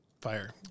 Fire